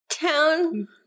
town